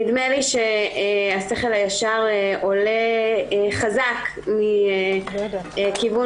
נדמה לי שהשכל הישר עולה חזק מכיוון